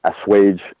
assuage